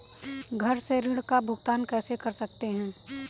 घर से ऋण का भुगतान कैसे कर सकते हैं?